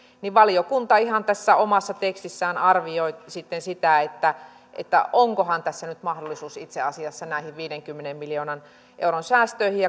niin valiokunta ihan tässä omassa tekstissään arvioi sitten sitä että että onkohan tässä nyt mahdollisuus itse asiassa näihin viidenkymmenen miljoonan euron säästöihin